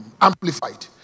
Amplified